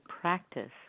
practice